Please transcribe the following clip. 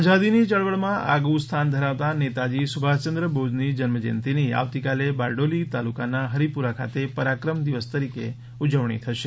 આઝાદીની ચળવળમાં આગવું સ્થાન ધરાવતાં નેતાજી સુભાષયંદ્ર બોઝની જન્મજયંતીની આવતીકાલે બારડોલી તાલુકાના હરિપુરા ખાતે પરાક્રમ દિવસ તરીકે ઉજવણી થશે